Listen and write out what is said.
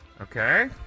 Okay